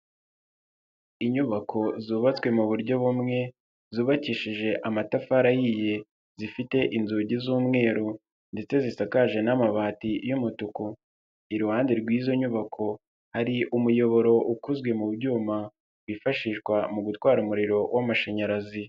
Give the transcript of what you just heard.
Inyubako zubatswe mu buryo bumwe, zubakishije amatafari ahiye, zifite inzugi z'umweru ndetse zisakaje n'amabati y'umutuku. Iruhande rw'izo nyubako hari umuyoboro ukozwe mu byuma byifashishwa mu gutwara umuriro w'amashanyarazi.